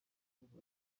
kuko